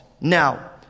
Now